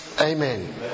Amen